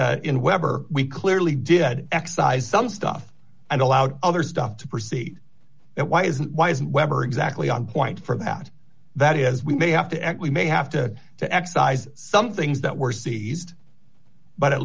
so in whatever we clearly did excise some stuff and allowed other stuff to proceed why isn't why isn't weber exactly on point for that that is we may have to act we may have to to excise some things that were seized but at